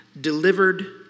delivered